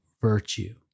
virtue